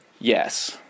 yes